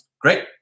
great